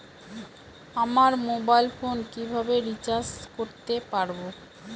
আমার mobile phone কিভাবে recharge করতে পারব?